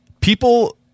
people